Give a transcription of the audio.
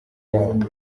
yabo